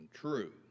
true